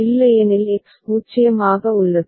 இல்லையெனில் எக்ஸ் 0 ஆக உள்ளது